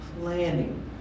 planning